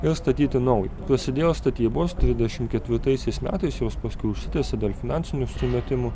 ir statyti naują prasidėjo statybos trisdešimt ketvirtaisiais metais jos paskiau užsitęsė dėl finansinių sumetimų